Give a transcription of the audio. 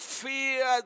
fear